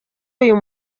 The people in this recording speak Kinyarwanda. uyu